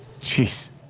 Jeez